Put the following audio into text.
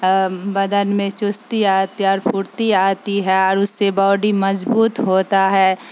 بدن میں چستی آتی ہے اور پھرتی آتی ہے اور اس سے باڈی مضبوط ہوتا ہے